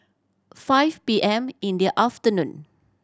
five P M in the afternoon